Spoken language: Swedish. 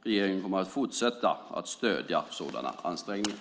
Regeringen kommer att fortsätta stödja sådana ansträngningar.